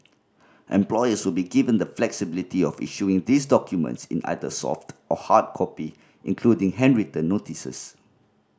employers will be given the flexibility of issuing these documents in either soft or hard copy including handwritten notices